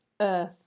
earth